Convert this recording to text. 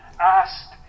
asked